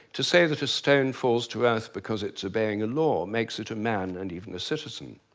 to say that a stone falls to earth because it's obeying a law makes it a man, and even a citizen.